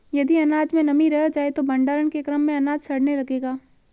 यदि अनाज में नमी रह जाए तो भण्डारण के क्रम में अनाज सड़ने लगेगा